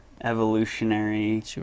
evolutionary